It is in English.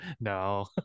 no